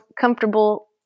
comfortable